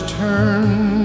turn